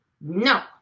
No